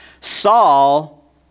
Saul